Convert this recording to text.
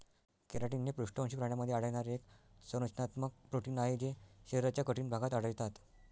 keratin हे पृष्ठवंशी प्राण्यांमध्ये आढळणारे एक संरचनात्मक प्रोटीन आहे जे शरीराच्या कठीण भागात आढळतात